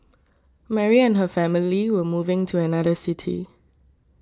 Mary and her family were moving to another city